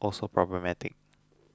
also problematic